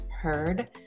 heard